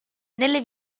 nelle